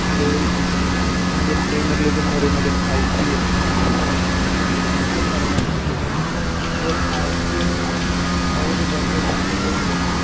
ഇന്ത്യയിൽ Indian premier league എന്നു പറയുന്നൊരു I P L I P L നടന്നുകൊണ്ടിരിക്കുകയാണ് അപ്പോൾ ആ ഐ പി എല്ലിൽ അവരൊരു പദ്ധതി കൊണ്ടുവന്നിരുന്നു